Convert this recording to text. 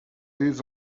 dits